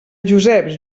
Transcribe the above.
joseps